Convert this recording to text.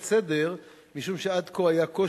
אנחנו עוברים לנושא